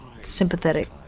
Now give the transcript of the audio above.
sympathetic